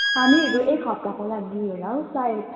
हामीहरू एक हप्ताको लागि होला हौ सायद